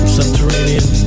Subterranean